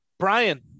Brian